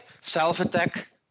self-attack